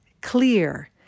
clear